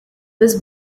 was